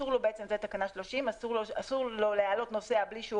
לפי תקנה 30 אסור לו להעלות נוסע בלי שהוא